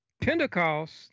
Pentecost